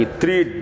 three